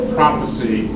prophecy